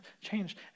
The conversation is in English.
change